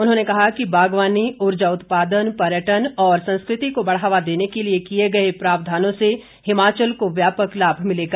उन्होंने कहा कि बागवानी ऊर्जा उत्पादन पर्यटन और संस्कृति को बढ़ावा देने के लिए किए गए प्रावधानों से हिमाचल को व्यापक लाभ मिलेगा